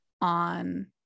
on